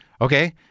Okay